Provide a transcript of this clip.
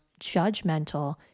judgmental